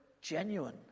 genuine